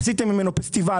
עשיתם ממנו פסטיבל,